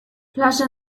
plaże